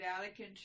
Vatican